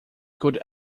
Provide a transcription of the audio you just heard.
could